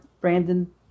Brandon